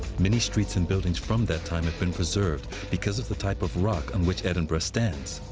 many streets and buildings from that time have been preserved because of the type of rock on which edinburgh stands.